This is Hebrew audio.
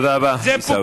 תודה רבה, עיסאווי.